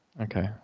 Okay